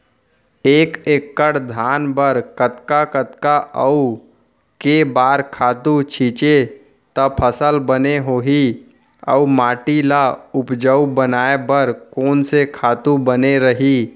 एक एक्कड़ धान बर कतका कतका अऊ के बार खातू छिंचे त फसल बने होही अऊ माटी ल उपजाऊ बनाए बर कोन से खातू बने रही?